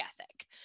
ethic